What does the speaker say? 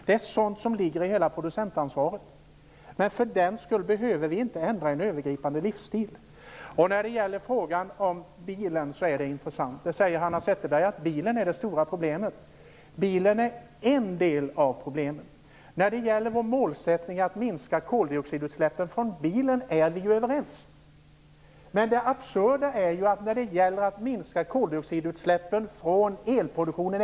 Det är sådant som ligger i hela producentansvaret. Men för den skull behöver vi inte ändra en övergripande livsstil. Frågan om bilen är intressant. Hanna Zetterberg säger att bilen är det stora problemet. Bilen är en del av problemet. När det gäller målsättningen att minska koldioxidutläppen från bilen är vi ju överens. Men det absurda är ju att vi inte är överens om att vi skall minska koldioxidutsläppen från elproduktionen.